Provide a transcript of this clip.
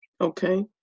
Okay